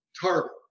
target